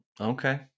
Okay